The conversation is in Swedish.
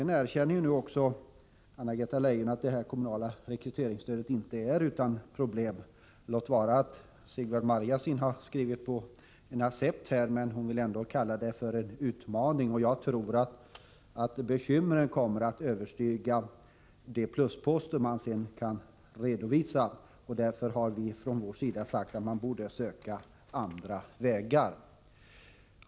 Nu erkänner Anna-Greta Leijon att problem inte saknas när det gäller det kommunala rekryteringsstödet. Låt vara att Sigvard Marjasin skrivit på en accept — arbetsmarknadsministern föredrar dock att tala om en utmaning. Jag tror att bekymren kommer att överstiga de plusposter som senare kommer att kunna redovisas. Därför har vi i folkpartiet sagt att man borde välja andra vägar.